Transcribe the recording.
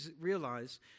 realize